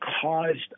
caused